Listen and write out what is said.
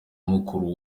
mukuru